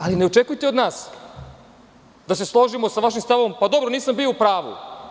Ali, ne očekujte od nas da se složimo sa vašim stavom – pa dobro, nisam bio u pravu.